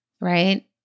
Right